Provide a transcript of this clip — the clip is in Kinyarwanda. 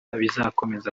bizakomeza